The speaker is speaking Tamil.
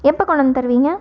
எப்போ கொண்டு வந்து தருவீங்க